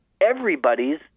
everybody's